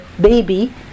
baby